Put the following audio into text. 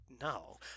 no